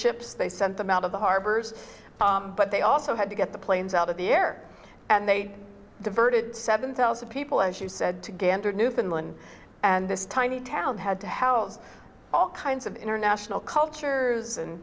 ships they sent them out of the harbors but they also had to get the planes out of the air and they diverted seven thousand people as you said to gander newfoundland and this tiny town had to house all kinds of international cultures and